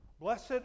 Blessed